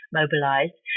mobilized